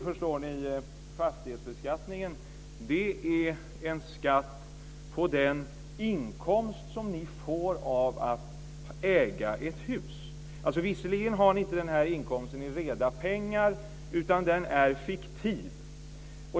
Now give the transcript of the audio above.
förklara att fastighetsskatten är en skatt på den inkomst som man får av att äga ett hus. Visserligen har ni inte, skulle han säga, den här inkomsten i reda pengar, utan den är fiktiv.